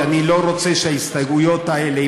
כי אני לא רוצה שההסתייגויות האלה,